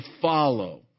follow